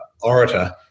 orator